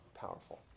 powerful